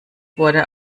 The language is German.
wurde